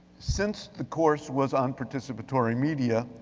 since the course was on participatory media,